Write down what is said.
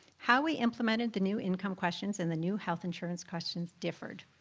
how we implemented the new income questions and the new health insurance questions differed.